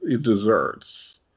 desserts